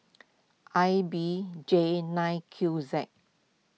I B J nine Q Z